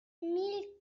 mille